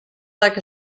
like